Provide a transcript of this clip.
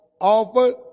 offer